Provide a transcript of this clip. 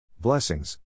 Blessings